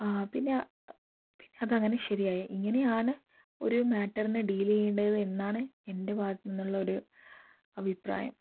ആ പിന്നെ പിന്നെ അതങ്ങനെ ശരിയായി ഇങ്ങനെയാണ് ഒരു മാറ്ററിനെ ഡീൽ ചെയ്യേണ്ടത് എന്നാണ് എന്റെ ഭാഗത്തു നിന്നുള്ള ഒരു അഭിപ്രായം